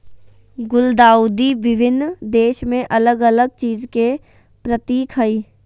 गुलदाउदी विभिन्न देश में अलग अलग चीज के प्रतीक हइ